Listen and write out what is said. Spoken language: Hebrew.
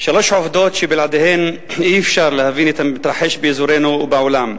שלוש העובדות שבלעדיהן אי-אפשר להבין את המתרחש באזורנו ובעולם: